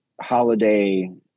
holiday